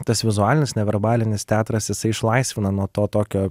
tas vizualinis neverbalinis teatras jisai išlaisvina nuo to tokio